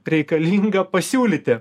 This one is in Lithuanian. reikalinga pasiūlyti